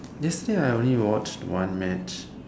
yesterday I only watched one match